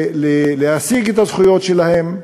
להשיג את הזכויות שלהם.